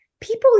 people